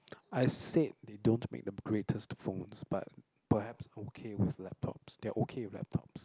I said they don't make the greatest phones but perhaps okay with laptops they are okay with laptops